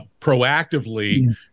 proactively